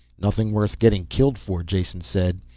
nothing worth getting killed for, jason said.